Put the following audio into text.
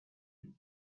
بود